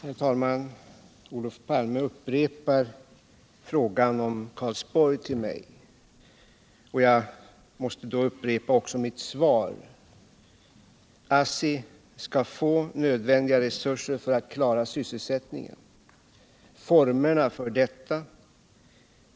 Herr talman! Olof Palme upprepar frågan om Karlsborg ull mig, och jag måste då upprepa mitt svar. ASSI skall få nödvändiga resurser för att klara sysselsättningen.